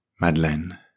Madeleine